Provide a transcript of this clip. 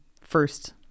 first